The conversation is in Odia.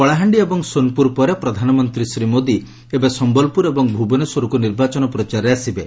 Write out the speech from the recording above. କଳାହାଣ୍ଡି ଏବଂ ସୋନପୁର ପରେ ପ୍ରଧାନମନ୍ତୀ ଶ୍ରୀ ମୋଦି ଏବେ ସମ୍ମଲପୁର ଏବଂ ଭୁବନେଶ୍ୱରକୁ ନିର୍ବାଚନ ପ୍ରଚାରରେ ଆସିବେ